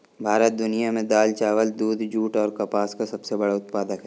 भारत दुनिया में दाल, चावल, दूध, जूट और कपास का सबसे बड़ा उत्पादक है